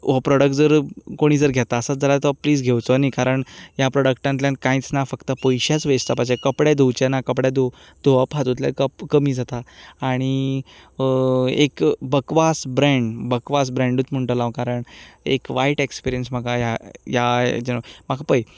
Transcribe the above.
हो प्रोडक्ट जर कोणूय घेता आसत तर तो घेवचो न्हय कारण ह्या प्रोडक्टांतल्यान कांय ना फक्त पयशेच वेस्ट जावपाचे कपडे धुवचे ना कपडे धुवप हातूंतल्यान कमी जाता आनी एक भकवास ब्रॅंड भकवास ब्रॅंडूच म्हणटलो हांव कारण एक वायट एक्सपिरियंस म्हाका ह्या